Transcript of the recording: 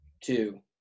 Two